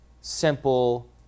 simple